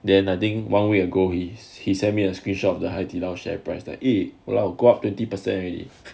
then I think one week ago he is he sent me a screenshot of the haidilao share price lah eh !walao! go up twenty percent already